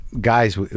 Guys